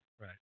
Right